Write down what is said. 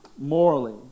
morally